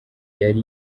yari